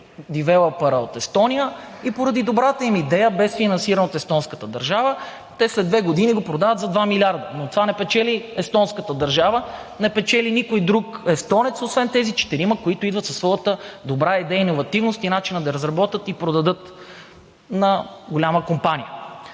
и поради добрата им идея, без финансиране от естонската държава, те след 2 години го продават за 2 милиарда. Но от това не печели естонската държава, не печели никой друг естонец, освен тези четирима, които идват с добра идейна иновативност и начин да разработят и продадат на голяма компания.